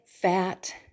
fat